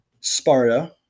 Sparta